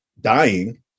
dying